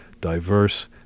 diverse